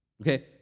okay